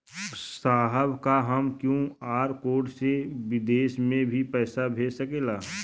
साहब का हम क्यू.आर कोड से बिदेश में भी पैसा भेज सकेला?